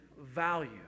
value